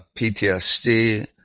PTSD